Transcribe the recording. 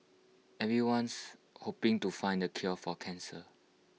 everyone's hoping to find the cure for cancer